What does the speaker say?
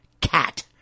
Cat